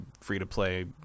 free-to-play